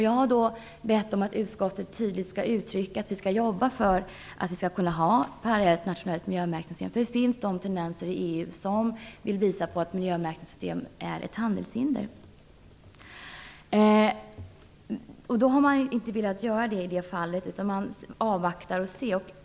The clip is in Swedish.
Jag har bett utskottet att tydligt uttrycka att vi skall jobba för att vi skall kunna ha ett parallellt nationellt miljömärkningsystem, eftersom det finns tendenser i EU som vill visa att miljömärkningssystem är ett handelshinder. I detta fall har utskottet inte velat skriva så utan man avvaktar och ser.